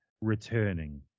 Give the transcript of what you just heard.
returning